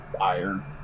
iron